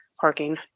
parking